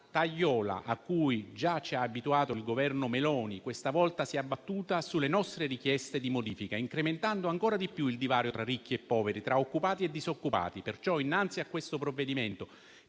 tagliola, a cui già ci ha abituato il Governo Meloni, questa volta si è abbattuta sulle nostre richieste di modifica, incrementando ancora di più il divario tra ricchi e poveri, tra occupati e disoccupati. Pertanto, innanzi a questo provvedimento